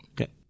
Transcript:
Okay